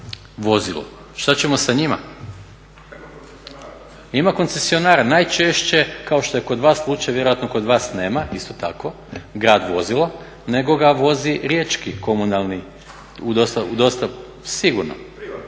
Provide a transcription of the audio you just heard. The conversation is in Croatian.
…/Upadica se ne čuje./… Ima koncesionara, najčešće kao što je kod vas slučaj, vjerojatno kod vas nema, isto tako grad vozilo nego ga vozi riječki komunalni u dosta, sigurno …